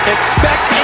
Expect